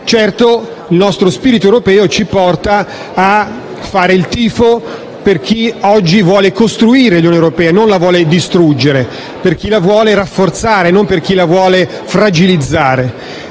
Certo, il nostro spirito europeo ci porta a fare il tifo per chi oggi vuole costruire l'Unione europea e non per chi la vuole distruggere, per chi la vuole rafforzare e non per chi la vuole rendere